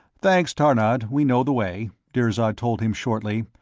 thanks, tarnod we know the way, dirzed told him shortly,